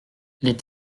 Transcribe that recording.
les